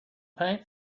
paint